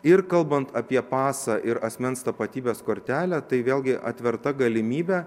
ir kalbant apie pasą ir asmens tapatybės kortelę tai vėlgi atverta galimybė